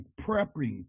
prepping